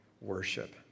worship